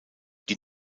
die